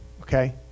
okay